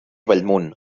bellmunt